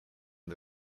the